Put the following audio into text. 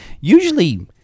usually